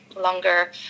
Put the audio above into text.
longer